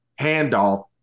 handoff